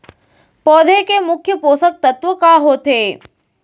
पौधे के मुख्य पोसक तत्व का होथे?